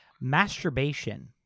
Masturbation